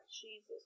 Jesus